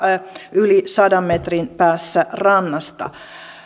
yli sadan metrin päässä rannasta